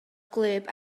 gwlyb